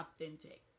authentic